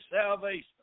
salvation